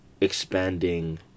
expanding